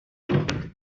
jacket